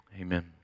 amen